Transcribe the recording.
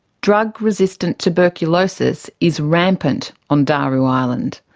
drug resistant tuberculosis is rampant on daru island.